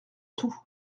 tout